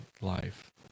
life